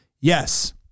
Yes